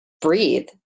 breathe